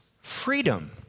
freedom